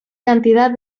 cantidad